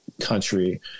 country